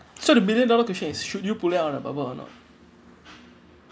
so the million dollar question is should you pull her out of the bubble or not